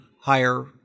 higher